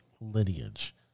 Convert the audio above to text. lineage